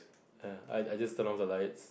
ya I I just turn off the lights